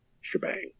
shebang